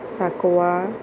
साकवाळ